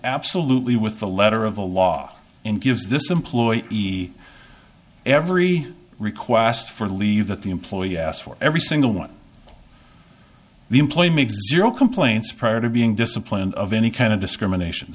absolutely with the letter of the law and gives this employee be every request for leave that the employee asked for every single one of the employee complaints prior to being disciplined of any kind of discrimination